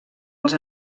els